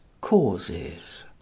causes